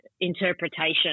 interpretation